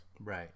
Right